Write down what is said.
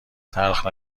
تلخ